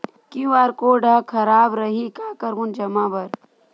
QR code हा खराब रही का करबो जमा बर?